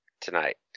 Tonight